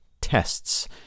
tests